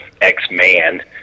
X-Man